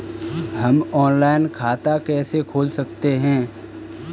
हम ऑनलाइन खाता कैसे खोल सकते हैं?